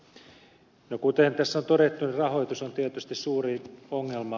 kuten tässä on todettu rahoitus on tietysti suuri ongelma